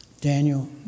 Daniel